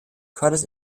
curtis